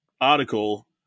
article